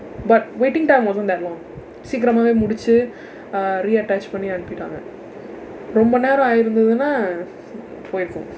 but waiting time wasn't that long சிக்கிரமாவே முடிச்சு:sikkiramaave mudichu uh reattach பண்ணி அனுப்பிட்டாங்க ரொம்ப நேரம் ஆயுரதுனா போயிருக்கும்:panni anuppitdaangka rompa neeram aayurathunaa pooyirukkum